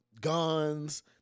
guns